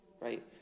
Right